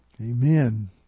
Amen